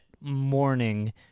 morning